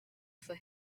for